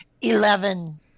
Eleven